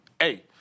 hey